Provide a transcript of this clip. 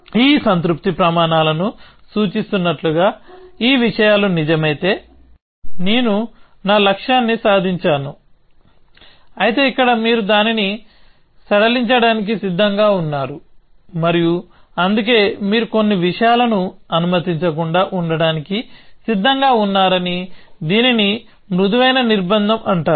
ఈ సంతృప్తి ప్రమాణాలను సూచిస్తున్నట్లుగా ఈ విషయాలు నిజమైతే నేను నా లక్ష్యాన్ని సాధించాను అయితే ఇక్కడ మీరు దానిని సడలించడానికి సిద్ధంగా ఉన్నారు మరియు అందుకే మీరు కొన్ని విషయాలను అనుమతించకుండా ఉండటానికి సిద్ధంగా ఉన్నారని దీనిని మృదువైన నిర్బంధం అంటారు